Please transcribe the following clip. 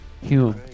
Hume